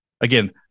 again